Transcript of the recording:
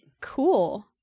Cool